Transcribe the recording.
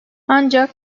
ancak